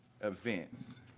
events